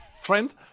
Friend